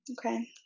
Okay